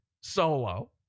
Solo